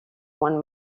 one